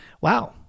Wow